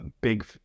big